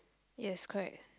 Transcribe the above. yes correct